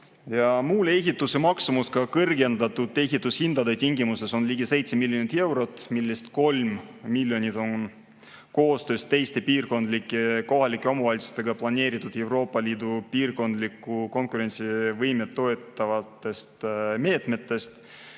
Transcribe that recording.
Muuli ehituse maksumus on kõrgemate ehitushindade tingimustes ligi 7 miljonit eurot, millest 3 miljonit on koostöös teiste piirkondlike kohalike omavalitsustega planeeritud saada Euroopa Liidu piirkondlikku konkurentsivõimet toetavatest meetmetest,